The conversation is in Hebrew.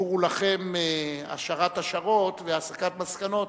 גורו לכם מהשערת השערות והסקת מסקנות